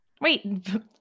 Wait